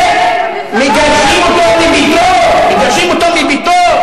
שמגרשים אותו מביתו, מגרשים אותו מביתו.